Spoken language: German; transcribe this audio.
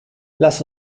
lass